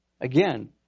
Again